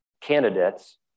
candidates